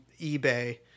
eBay